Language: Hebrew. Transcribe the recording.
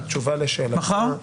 מחר?